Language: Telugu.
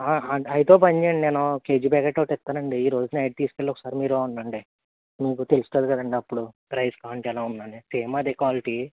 అయితే ఓ పని చేయండి నేను కేజీ ప్యాకెట్ ఒకటి ఇస్తాను అండి ఈరోజు నైట్ తీసుకెళ్ళి ఒకసారి మీరే వండండి మీకు తెలుస్తుంది కదండి అప్పుడు రైస్ క్వాలిటీ ఎలా ఉంది అని సేమ్ అదే క్వాలిటీ